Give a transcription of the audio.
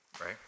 right